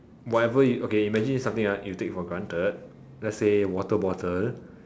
whatever you okay imagine it's something ah you take for granted let's say water bottle